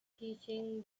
teaching